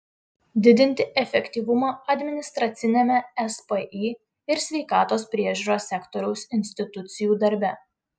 didinti efektyvumą administraciniame spį ir sveikatos priežiūros sektoriaus institucijų darbe